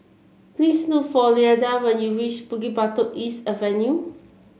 please look for Lyda when you reach Bukit Batok East Avenue